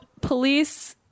police